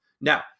Now